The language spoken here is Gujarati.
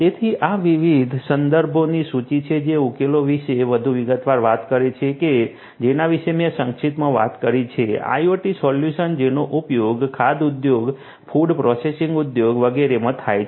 તેથી આ વિવિધ સંદર્ભોની સૂચિ છે જે ઉકેલો વિશે વધુ વિગતવાર વાત કરે છે કે જેના વિશે મેં સંક્ષિપ્તમાં વાત કરી છે IoT સોલ્યુશન્સ જેનો ઉપયોગ ખાદ્ય ઉદ્યોગ ફૂડ પ્રોસેસિંગ ઉદ્યોગ વગેરેમાં થાય છે